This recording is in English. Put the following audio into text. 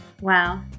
Wow